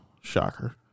Shocker